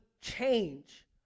change